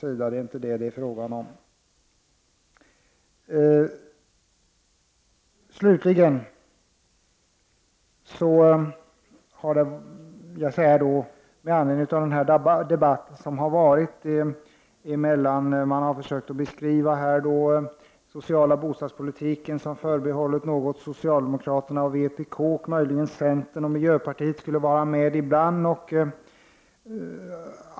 I den förda debatten har man försökt beskriva den sociala bostadspolitiken som förbehållen socialdemokraterna och vpk. Möjligen har centern och miljöpartiet fått vara med ibland.